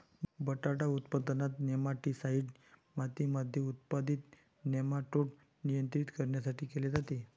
बटाटा उत्पादनात, नेमाटीसाईड मातीमध्ये उत्पादित नेमाटोड नियंत्रित करण्यासाठी केले जाते